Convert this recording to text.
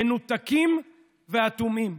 מנותקים ואטומים.